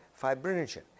fibrinogen